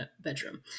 bedroom